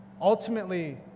ultimately